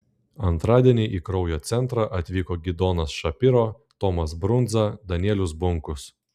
antradienį į kraujo centrą atvyko gidonas šapiro tomas brundza danielius bunkus